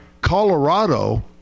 Colorado